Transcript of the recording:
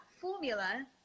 formula